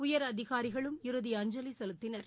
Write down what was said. உயரதிகாரிகளும் இறுதி அஞ்சலி செலுத்தினர்